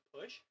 push